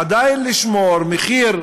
עדיין לשמור על מחיר סביר.